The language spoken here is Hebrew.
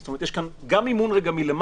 כלומר יש כאן גם הפעלה מלמעלה,